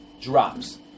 drops